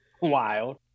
Wild